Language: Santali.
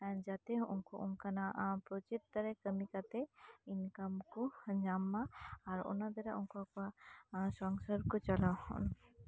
ᱡᱟᱛᱮ ᱩᱱᱠᱩ ᱚᱱᱠᱟᱱᱟᱜ ᱯᱨᱚᱡᱮᱠᱴ ᱪᱮᱛᱟᱱ ᱨᱮ ᱠᱟᱢᱤ ᱠᱟᱛᱮᱫ ᱤᱱᱠᱟᱢ ᱠᱚ ᱧᱟᱢ ᱢᱟ ᱟᱨ ᱚᱱᱟ ᱵᱮᱲᱟ ᱩᱱᱠᱩ ᱠᱚᱣᱟᱜ ᱥᱚᱝᱥᱟᱨ ᱠᱚ ᱪᱟᱞᱟᱣ